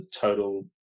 total